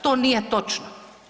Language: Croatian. To nije točno.